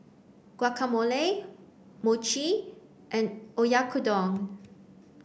Guacamole Mochi and Oyakodon